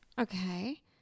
okay